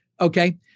Okay